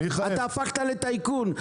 אתה הפכת לטייקון.